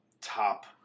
top